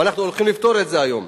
ואנחנו הולכים לפתור את זה היום.